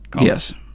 Yes